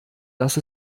dass